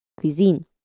Cuisine